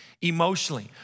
emotionally